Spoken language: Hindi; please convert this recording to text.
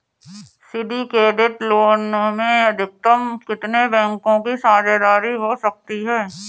सिंडिकेट लोन में अधिकतम कितने बैंकों की साझेदारी हो सकती है?